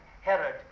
Herod